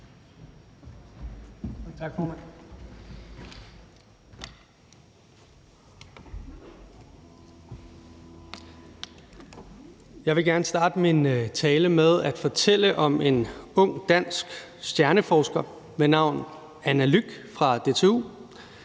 Jeg vil gerne starte min tale med at fortælle om en ung dansk stjerneforsker ved navn Anna Lyck